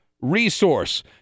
resource